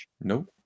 Nope